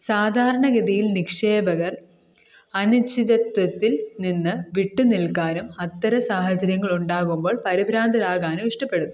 സാധാരണഗതിയിൽ നിക്ഷേപകർ അനിശ്ചിതത്വത്തിൽനിന്ന് വിട്ട് നിൽക്കാനും അത്തരം സാഹചര്യങ്ങൾ ഉണ്ടാകുമ്പോൾ പരിഭ്രാന്തരാകാനും ഇഷ്ടപ്പെടുന്നു